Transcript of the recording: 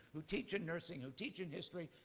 who teach in nursing, who teach in history,